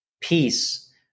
peace